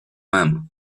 même